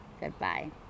Goodbye